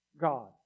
God